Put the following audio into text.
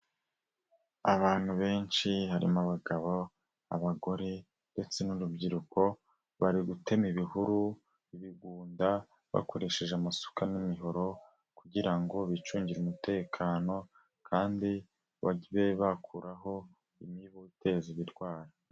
Abantu benshi harimo abagabo, abagore ndetse n'urubyiruko, bari gutema ibihuru ibigunda bakoresheje amasuka n'imihoro, Kugira ngo bicungire umutekano, kandi bajye bakuraho imibu iteza ibirwara.